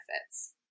benefits